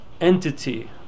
entity